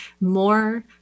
more